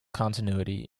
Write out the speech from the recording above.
continuity